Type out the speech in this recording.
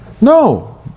No